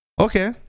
Okay